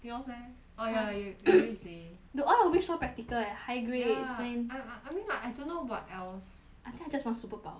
yours leh oh ya you you what you say already say dude all your wish so practical leh like high grades ya lah I I mean like I don't know what else I think I just want superpower